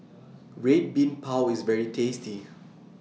Red Bean Bao IS very tasty